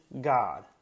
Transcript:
God